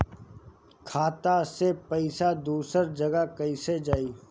खाता से पैसा दूसर जगह कईसे जाई?